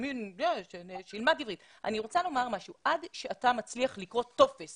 אני רוצה לומר שעד שאתה מצליח לקרוא טופס